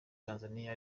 tanzania